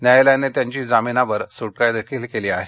न्यायालयानं त्यांची जामीनावर सुटका केली आहे